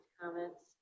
comments